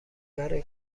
برای